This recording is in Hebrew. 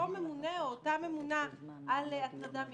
ממונה או אותה ממונה על הטרדה מינית.